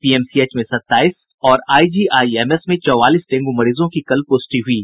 PMCH में सत्ताईस और आईजीआईएमएस में चौवालीस डेंगू मरीजों की कल प्रष्टि हुयी